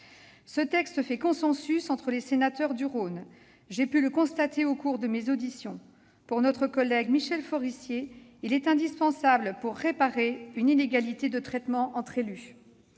Ce texte fait consensus entre les sénateurs du Rhône- je l'ai constaté lors de mes auditions. Ainsi, selon notre collègue Michel Forissier, il est indispensable pour réparer une inégalité de traitement entre élus.